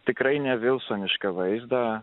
tikrai ne vilsonišką vaizdą